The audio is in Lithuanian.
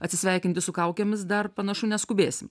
atsisveikinti su kaukėmis dar panašu neskubėsim